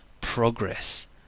progress